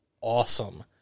awesome